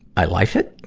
i life it!